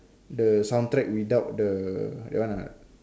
the sound track without the that one ah